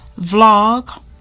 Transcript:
vlog